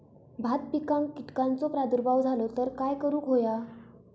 भात पिकांक कीटकांचो प्रादुर्भाव झालो तर काय करूक होया?